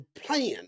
plan